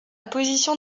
position